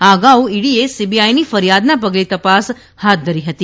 આ અગાઉ ઇડીએ સીબીઆઇની ફરિથાદના પગલે તપાસ હાથ ધરી હતી